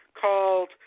called